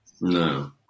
no